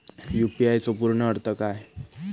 UPI चो पूर्ण अर्थ काय?